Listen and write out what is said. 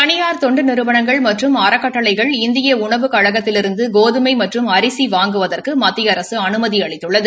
தனியார் தொண்டு நிறவனங்கள் மற்றும் அறக்கட்டளைகள் இந்திய உணவு கழகத்திலிருந்து கோதுமை மற்றும் அரிசி வாங்குவதற்கு மத்திய அரசு அனுமதி அளித்துள்ளது